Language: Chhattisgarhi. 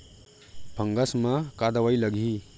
फंगस म का दवाई लगी?